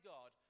God